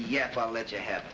yes i'll let you have